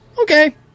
Okay